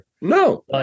No